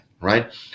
right